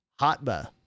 hotba